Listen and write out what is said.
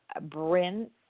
bryn